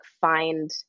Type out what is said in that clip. find